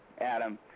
Adam